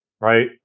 right